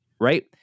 right